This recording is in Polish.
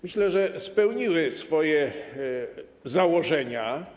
Myślę, że spełniły swoje założenia.